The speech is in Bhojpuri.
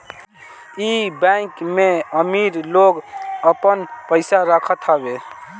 इ बैंक में अमीर लोग आपन पईसा रखत हवे